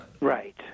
Right